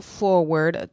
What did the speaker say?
forward